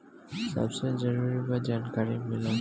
सबसे जरूरी बा जानकारी मिलल